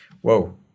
Whoa